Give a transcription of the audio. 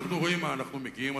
אנחנו רואים למה אנחנו מגיעים,